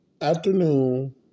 afternoon